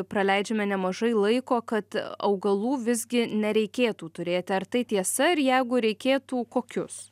praleidžiame nemažai laiko kad augalų visgi nereikėtų turėti ar tai tiesa ir jeigu reikėtų kokius